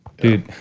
Dude